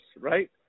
Right